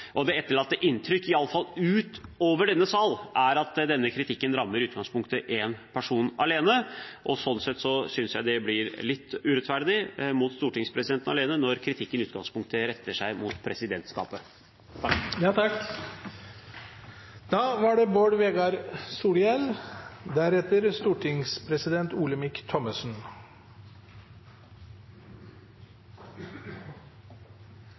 Det etterlater et inntrykk, i alle fall utover denne sal, av at denne kritikken i utgangspunktet rammer én person alene. Sånn sett synes jeg det blir litt urettferdig overfor stortingspresidenten når kritikken i utgangspunktet retter seg mot presidentskapet.